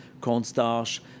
cornstarch